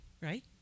right